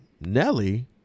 Nelly